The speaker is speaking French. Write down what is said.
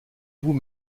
vous